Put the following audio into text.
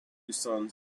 sons